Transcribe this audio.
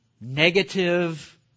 negative